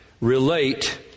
relate